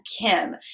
Kim